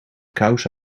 kous